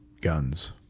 guns